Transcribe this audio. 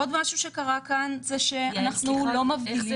עוד משהו שקרה כאן זה שאנחנו לא מבדילים --- יעל,